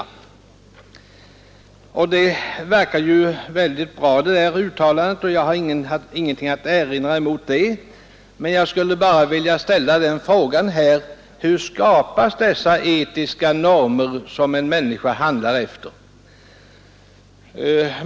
Det uttalandet verkar ju väldigt bra, och jag har ingenting att erinra mot det, men jag skulle vilja ställa frågan: Hur skapas dessa etiska normer som en människa handlar efter?